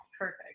Perfect